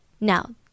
Now